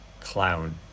clown